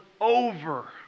over